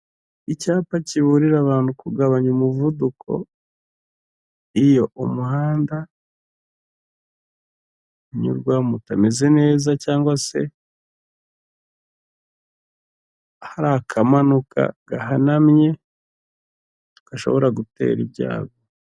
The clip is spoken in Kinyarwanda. Icyapa kiburira abantu kugabanya umuvuduko, iyo umuhanda unyurwamamo utameze neza cyangwa se hari akamanuka gahanamye gashobora guteza ibyago.